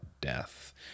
death